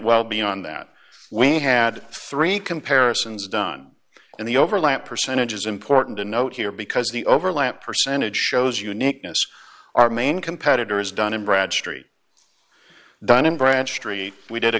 well beyond that we had three comparisons done and the overlap percentage is important to note here because the overlap percentage shows uniqueness our main competitor is dun and bradstreet dun and bradstreet we did a